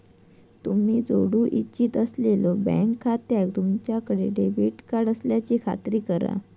तुम्ही जोडू इच्छित असलेल्यो बँक खात्याक तुमच्याकडे डेबिट कार्ड असल्याची खात्री करा